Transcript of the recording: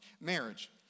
Marriage